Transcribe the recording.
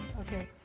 okay